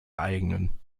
eigenen